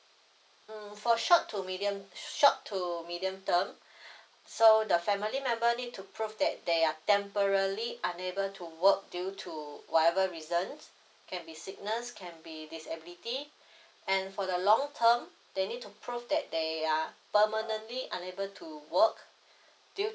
mm for short to medium short to medium term so the family member need to prove that they are temporary unable to work due to whatever reason can be sickness can be disability and for the long term they need to prove that they are permanently unable to work due